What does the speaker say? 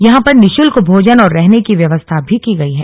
यहा पर निःशुल्क भोजन और रहने की व्यवस्था भी की गयी है